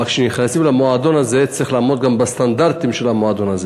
אבל כשנכנסים למועדון הזה צריך גם לעמוד בסטנדרטים של המועדון הזה.